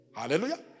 Hallelujah